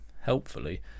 helpfully